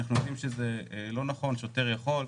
אנחנו יודעים שזה לא נכון, שוטר יכול.